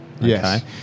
Yes